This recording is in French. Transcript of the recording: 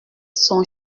son